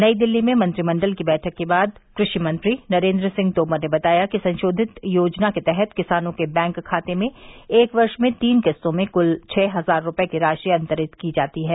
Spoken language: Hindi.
नई दिल्ली में मंत्रिमंडल की बैठक के बाद कृषि मंत्री नरेन्द्र सिंह तोमर ने बताया कि संशोधित योजना के तहत किसानों के बैंक खाते में एक वर्ष में तीन किस्तों में कृल छह हजार रुपये की राशि अंतरित की जाती है